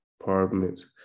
apartments